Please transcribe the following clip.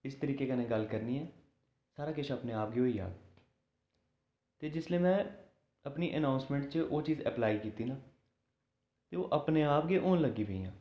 इस तरीके कन्नै गल्ल करनी ऐ सारा किश अपने आप गै होई जाह्ग ते जिसलै में अपनी अनाउंसमेंट च ओह् चीज़ एप्लाई कीती ना ते ओह् अपने आप गै होन लगी पेइयां